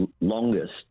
longest